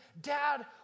Dad